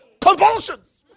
convulsions